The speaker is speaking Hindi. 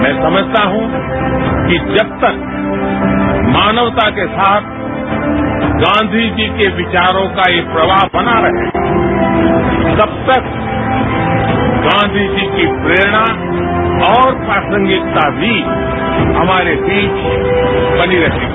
मैं समझता हूं कि जब तक मानवता के साथ गांधी जी के विचारों का एक प्रवाह बना रहेगा तब तक गांधी जी की प्रेरणा और प्रासंगिकता भी हमारे बीच बनी रहेगी